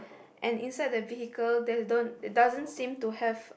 and inside the vehicle there's don't there doesn't seem to have